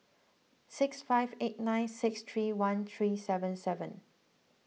six five eight nine six three one three seven seven